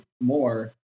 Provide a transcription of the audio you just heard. more